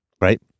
right